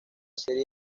serie